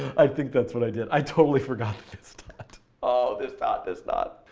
i think that's what i did, i totally forgot this dot. oh, this dot this dot.